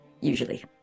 Usually